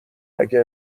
اگه